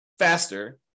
faster